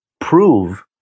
prove